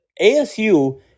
ASU